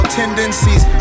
tendencies